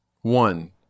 One